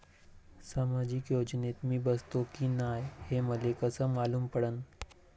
सामाजिक योजनेत मी बसतो की नाय हे मले कस मालूम पडन?